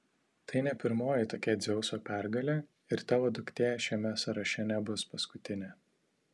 tai ne pirmoji tokia dzeuso pergalė ir tavo duktė šiame sąraše nebus paskutinė